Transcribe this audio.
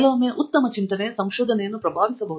ಕೆಲವೊಮ್ಮೆ ಉತ್ತಮ ಚಿಂತನೆ ಸಂಶೋಧನೆಯನ್ನು ಪ್ರಭಾವಿಸಬಹುದು